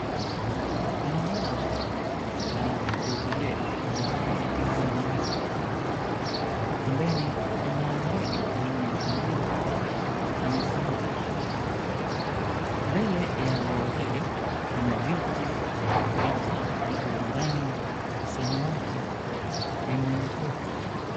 Kuna bwawa la kuogelea lenye rangi ya samawati. Pembeni kuna ndege aina ya kunguru amesimama. Mbele ya bwawa hili kuna viti vitano vilivyo na rangi ya samawati vimewekwa.